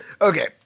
Okay